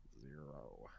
Zero